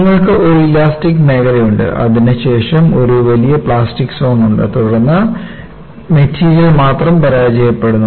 നിങ്ങൾക്ക് ഒരു ഇലാസ്റ്റിക് മേഖലയുണ്ട് അതിനുശേഷം ഒരു വലിയ പ്ലാസ്റ്റിക് സോൺ ഉണ്ട് തുടർന്ന് മെറ്റീരിയൽ മാത്രം പരാജയപ്പെടുന്നു